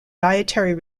dietary